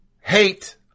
hate